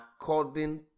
according